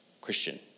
Christian